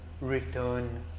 return